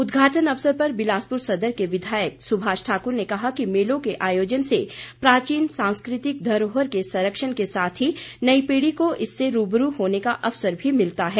उद्घाटन अवसर पर बिलासपुर सदर के विधायक सुभाष ठाकुर ने कहा कि मेलों के आयोजन से प्राचीन सांस्कृतिक धरोहर के संरक्षण के साथ ही नई पीढ़ी को इस से रूबरू होने का अवसर भी मिलता है